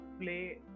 play